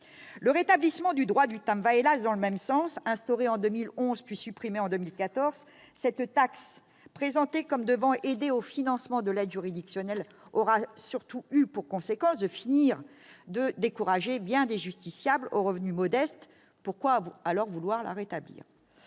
Le rétablissement du droit de timbre va, hélas ! dans le même sens. Instaurée en 2011 et supprimée en 2014, cette taxe présentée comme devant aider au financement de l'aide juridictionnelle aura surtout eu pour conséquence de finir de décourager bien des justiciables aux revenus modestes. Pourquoi alors vouloir la rétablir ?